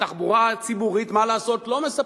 והתחבורה הציבורית, מה לעשות, לא מספקת.